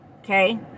Okay